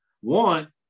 one